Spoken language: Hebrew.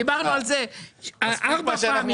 דיברנו על זה ארבע פעמים.